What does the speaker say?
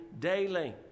Daily